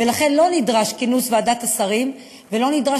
ולכן לא נדרש כינוס ועדת השרים ולא נדרש